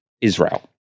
Israel